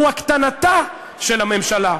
הוא הקטנתה של הממשלה.